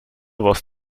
was